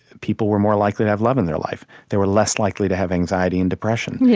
people were more likely to have love in their life. they were less likely to have anxiety and depression. yeah